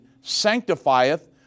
sanctifieth